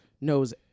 knows